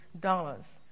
dollars